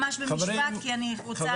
ממש במשפט, כי אני רוצה להתחיל.